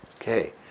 Okay